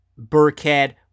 Burkhead